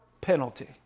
penalty